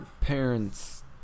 parents